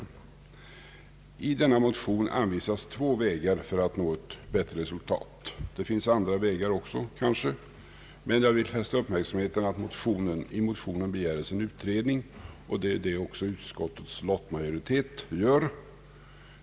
I den motion som är fogad till detta utlåtande anvisas två vägar för att nå ett bättre resultat. Det finns kanske också andra vägar, men jag vill fästa uppmärksamheten på att det i motionen begärs en utredning, och den står också utskottets lottmajoritet bakom.